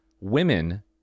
women